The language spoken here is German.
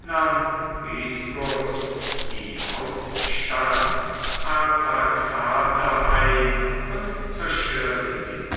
nahms die hauptstadt artaxata ein und zerstörte sie